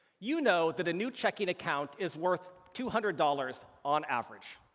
you know that a new checking account is worth two hundred dollars on average,